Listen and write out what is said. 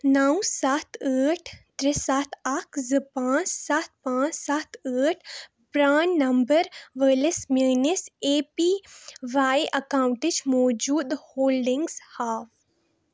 نو سَتھ ٲٹھ ترٛےٚ سَتھ اکھ زٕ پانٛژھ سَتھ پانٛژھ سَتھ ٲٹھ پران نمبر وٲلِس میٲنِس اے پی واے اکاؤنٹٕچ موٗجوٗدٕ ہولڈنگز ہاو